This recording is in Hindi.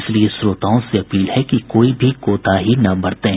इसलिए श्रोताओं से अपील है कि कोई भी कोताही न बरतें